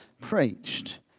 preached